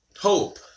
Hope